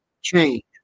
change